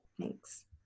Thanks